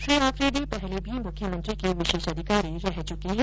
श्री आफरीदी पहले भी मुख्यमंत्री के विशेषाधिकारी रह चुके हैं